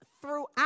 throughout